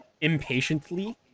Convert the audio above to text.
impatiently